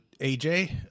aj